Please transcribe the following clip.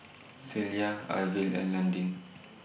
Celia Arvil and Londyn